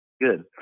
Good